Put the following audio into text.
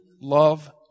love